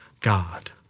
God